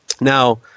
Now